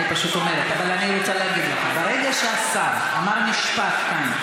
אבל אני רוצה להגיד לך: ברגע שהשר אמר משפט כאן,